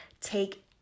take